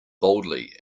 boldly